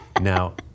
Now